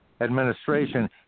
administration